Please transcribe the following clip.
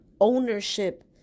ownership